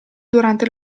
durante